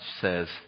says